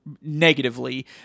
negatively